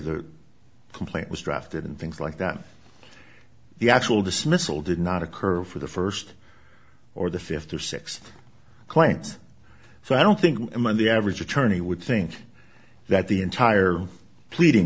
the complaint was drafted and things like that the actual dismissal did not occur for the first or the fifth or sixth claims so i don't think the average attorney would think that the entire pleading